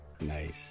Nice